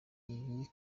iyi